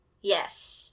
yes